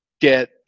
get